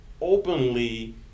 openly